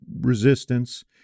resistance